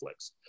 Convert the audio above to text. netflix